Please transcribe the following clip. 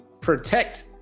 protect